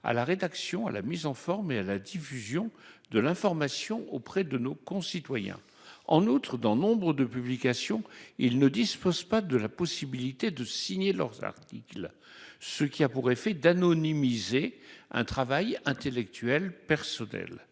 à la rédaction à la mise en forme et à la diffusion de l'information auprès de nos concitoyens, en outre, dans nombre de publications. Il ne dispose pas de la possibilité de signer leurs articles, ce qui a pour effet d'anonymiser un travail intellectuel, personnel.